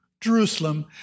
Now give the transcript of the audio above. Jerusalem